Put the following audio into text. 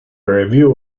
review